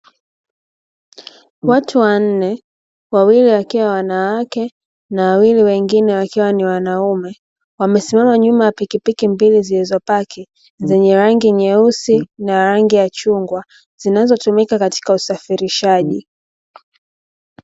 Watu wanne wawili wakiwa wanawake, na wawili wengine wakiwa ni wanaume wamesimama nyuma ya pikipiki zilizopaki zenye rangi nyeusi na rangi ya chungwa, zinazotumika katika usafirishaji.